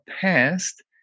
past